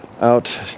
out